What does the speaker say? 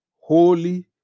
holy